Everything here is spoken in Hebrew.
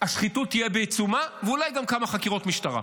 השחיתות תהיה בעיצומה, ואולי גם כמה חקירות משטרה.